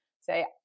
say